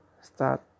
start